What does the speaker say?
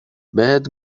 بهت